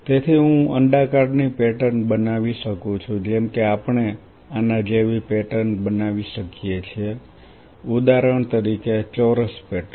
તેથી હું અંડાકારની પેટર્ન બનાવી શકું છું જેમ કે આપણે આના જેવી પેટર્ન બનાવી શકીએ છીએ ઉદાહરણ તરીકે ચોરસ પેટર્ન